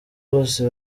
bose